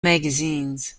magazines